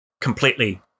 completely